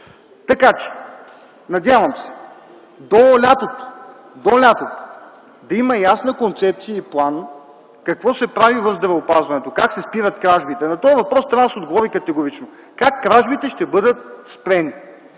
Надявам се до лятото да има ясна концепция и план – какво се прави в здравеопазването, как се спират кражбите. На този въпрос трябва да се отговори категорично. Как кражбите ще бъдат спрени?